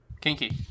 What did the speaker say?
Kinky